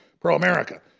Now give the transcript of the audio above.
pro-America